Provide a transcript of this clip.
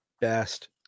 best